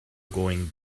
going